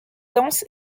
dense